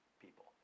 people